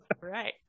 right